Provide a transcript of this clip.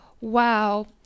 wow